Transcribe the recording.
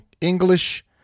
English